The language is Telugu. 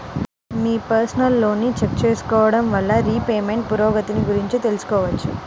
మీ పర్సనల్ లోన్ని చెక్ చేసుకోడం వల్ల రీపేమెంట్ పురోగతిని గురించి తెలుసుకోవచ్చు